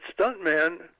stuntman